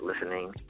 listening